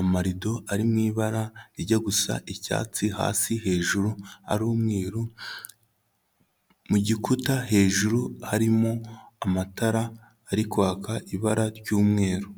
amarido ari mu ibara rijya gusa icyatsi hasi hejuru ari umweru, mu gikuta hejuru harimo amatara ari kwaka ibara ry'umweru.